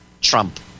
Trump